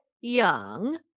young